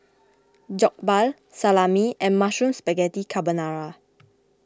Jokbal Salami and Mushroom Spaghetti Carbonara